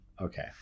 okay